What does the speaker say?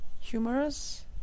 humorous